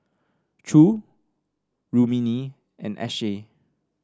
Choor Rukmini and Akshay